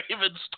Ravens